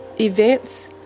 events